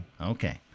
Okay